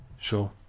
Sure